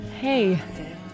Hey